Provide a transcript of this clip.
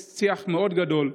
יש שיח מאוד גדול.